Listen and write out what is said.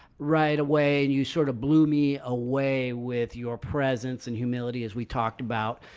right away and you sort of blew me away with your presence and humility as we talked about,